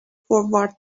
forward